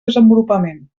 desenvolupament